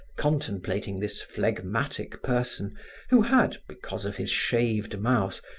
contemplating this phlegmatic person who had, because of his shaved mouth,